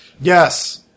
Yes